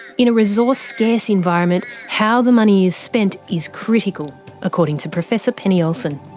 in a resource-scarce environment, how the money is spent is critical according to professor penny olsen.